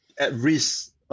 at-risk